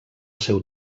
seu